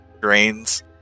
Grains